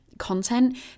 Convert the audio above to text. Content